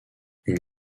une